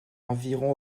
environ